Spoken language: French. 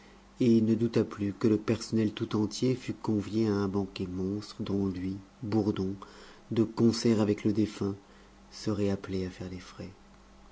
et il ne douta plus que le personnel tout entier fût convié à un banquet monstre dont lui bourdon de concert avec le défunt serait appelé à faire les frais